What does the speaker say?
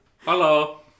Hello